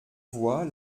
voix